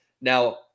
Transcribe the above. Now